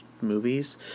movies